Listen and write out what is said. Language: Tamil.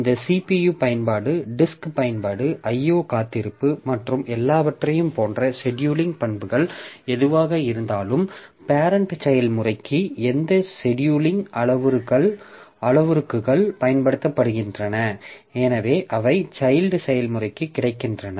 இந்த CPU பயன்பாடு டிஸ்க் பயன்பாடு IO காத்திருப்பு மற்றும் எல்லாவற்றையும் போன்ற செடியூலிங் பண்புகள் எதுவாக இருந்தாலும் பேரெண்ட் செயல்முறைக்கு எந்த செடியூலிங் அளவுருக்கள் பயன்படுத்தப்படுகின்றன எனவே அவை சைல்ட் செயல்முறைக்கும் கிடைக்கின்றன